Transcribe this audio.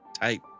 type